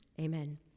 amen